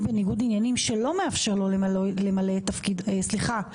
בניגוד עניינים שלא מאפשר לו למלא את תפקידו סליחה,